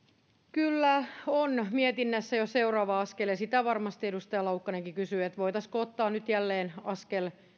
kyllä mietinnässä on jo seuraava askel ja sitä varmasti edustaja laukkanenkin kysyi että voitaisiinko ottaa nyt jälleen askel